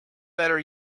better